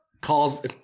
calls